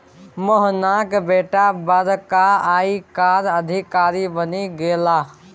मोहनाक बेटा बड़का आयकर अधिकारी बनि गेलाह